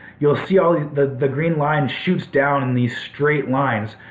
you'll see all the the green line shoots down in these straight lines.